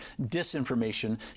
disinformation